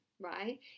right